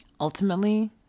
ultimately